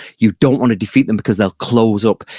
you don't want to defeat them because they'll close up.